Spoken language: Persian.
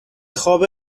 خواب